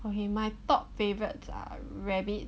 okay my top favourites are rabbit